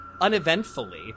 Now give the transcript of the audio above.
uneventfully